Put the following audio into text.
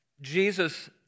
Jesus